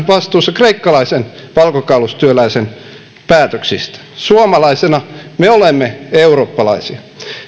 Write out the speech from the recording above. vastuussa kreikkalaisen valkokaulustyöläisen päätöksistä suomalaisina me olemme eurooppalaisia